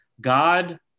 God